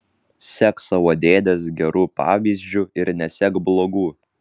sek savo dėdės geru pavyzdžiu ir nesek blogu